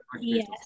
Yes